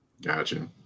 Gotcha